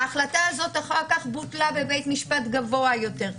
ההחלטה הזאת אחר כך בוטלה בבית משפט גבוה יותר.